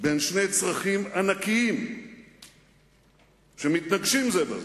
בין שני צרכים ענקיים שמתנגשים זה בזה,